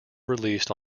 released